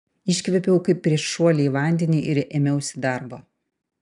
iškvėpiau kaip prieš šuolį į vandenį ir ėmiausi darbo